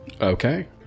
Okay